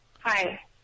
Hi